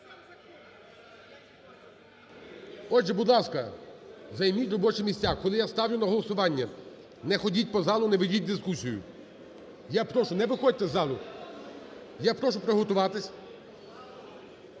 Отже, будь ласка, займіть робочі місця. Коли я ставлю на голосування, не ходіть по залу, не ведіть дискусію. Я прошу, не виходьте з залу. Я прошу приготуватись.